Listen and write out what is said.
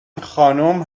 خانوم